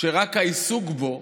שרק העיסוק בו,